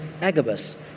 Agabus